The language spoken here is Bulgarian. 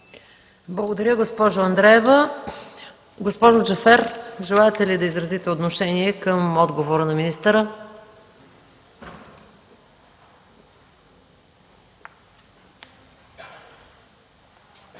Благодаря, госпожо Андреева. Госпожо Джафер, желаете ли да изразите отношение към отговора на министъра? НИГЯР